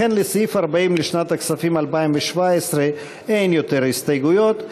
לכן לסעיף 40 לשנת הכספים 2017 אין יותר הסתייגויות.